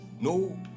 no